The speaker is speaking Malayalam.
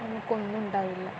നമുക്കൊന്നും ഉണ്ടാകില്ല